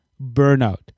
burnout